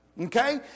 Okay